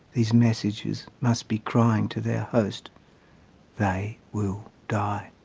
these messages must be crying to their host they will die.